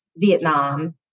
Vietnam